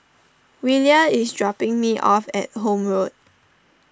Willa is dropping me off at Horne Road